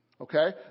Okay